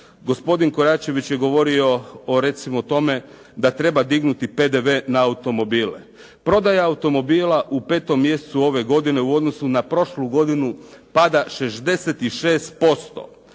gospodin Koračiveć je govorio o tome da treba dignuti PDV na automobile. Prodaja automobila u 5. mjesecu ove godine u odnosu na prošlu godinu pada 66%.